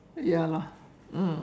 ya lah